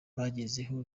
bagezeho